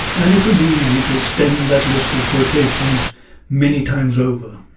and it would be easy to extend that list of quotations many times over.